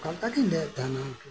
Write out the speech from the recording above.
ᱚᱱᱠᱟ ᱞᱮᱠᱟ ᱜᱤᱧ ᱞᱟᱹᱜᱮᱫ ᱛᱟᱸᱦᱮᱱᱟ ᱟᱨᱠᱤ